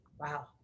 Wow